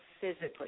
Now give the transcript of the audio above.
physically